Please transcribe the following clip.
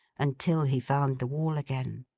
until he found the wall again.